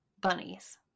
Bunnies